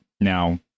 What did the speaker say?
now